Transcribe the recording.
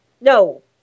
No